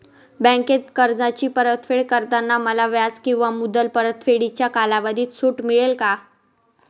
बँकेत कर्जाची परतफेड करताना मला व्याज किंवा मुद्दल परतफेडीच्या कालावधीत सूट मिळेल का?